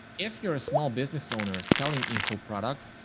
if you're a small business owner selling info products,